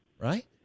right